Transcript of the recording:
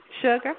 Sugar